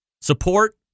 Support